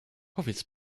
powiedz